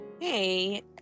Hey